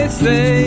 say